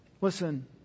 Listen